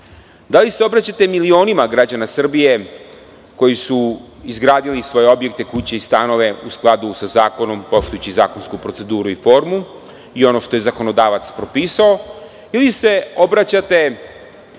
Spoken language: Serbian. Da li se obraćate milionima građana Srbije koji su izgradili svoje objekte, kuće i stanove u skladu sa zakonom, poštujući zakonsku proceduru i formu i ono što je zakonodavac propisao, ili se obraćate